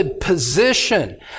position